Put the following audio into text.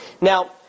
Now